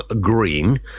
green